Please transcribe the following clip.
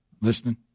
Listening